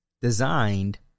designed